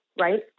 right